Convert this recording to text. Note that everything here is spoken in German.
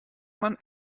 man